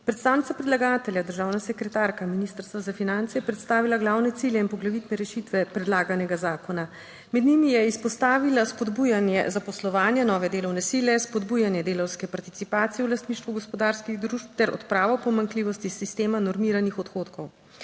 Predstavnica predlagatelja, državna sekretarka Ministrstva za finance, je predstavila glavne cilje in poglavitne rešitve predlaganega zakona. Med njimi je izpostavila spodbujanje zaposlovanja nove delovne sile, spodbujanje delavske participacije v lastništvu gospodarskih družb ter odpravo pomanjkljivosti sistema normiranih odhodkov.